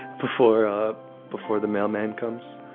before up before the mailman comes